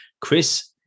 Chris